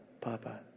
Papa